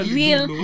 real